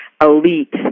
elite